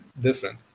different